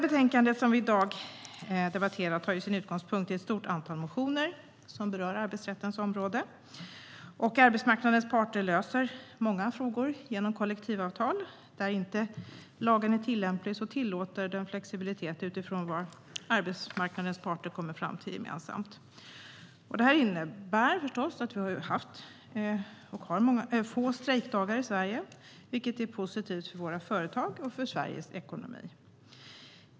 Betänkandet som vi i dag debatterar tar sin utgångspunkt i ett stort antal motioner som berör arbetsrättens område. Arbetsmarknadens parter löser många frågor genom kollektivavtal. Där inte lagen är tillämplig tillåter den flexibilitet utifrån vad arbetsmarknadens parter kommer fram till gemensamt. Det innebär, förstås, att det är få strejkdagar i Sverige, vilket är positivt för våra företag och för Sveriges ekonomi.